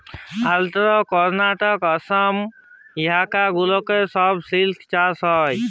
আল্ধ্রা, কর্লাটক, অসম ইলাকা গুলাতে ছব সিল্ক চাষ হ্যয়